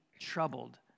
troubled